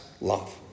love